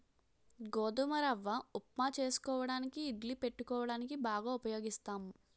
గోధుమ రవ్వ ఉప్మా చేసుకోవడానికి ఇడ్లీ పెట్టుకోవడానికి బాగా ఉపయోగిస్తాం